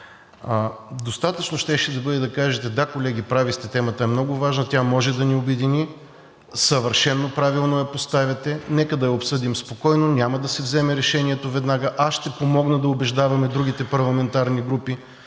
Достатъчно щеше да бъде да кажете: да, колеги, прави сте, темата е много важна. Тя може да ни обедини, съвършено правилно я поставяте, нека да я обсъдим спокойно, няма да се вземе решението веднага, ще помогна да убеждаваме другите парламентарни групи,